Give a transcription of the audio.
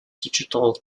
digital